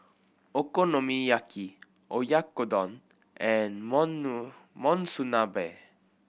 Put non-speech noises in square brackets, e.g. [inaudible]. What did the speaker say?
Okonomiyaki Oyakodon and [unintelligible] Monsunabe